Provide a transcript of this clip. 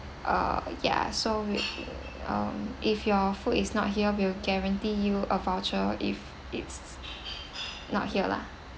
uh ya so we um if your food is not here we'll guarantee you a voucher if it's not here lah